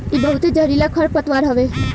इ बहुते जहरीला खरपतवार हवे